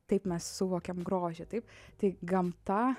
taip mes suvokiam grožį taip tai gamta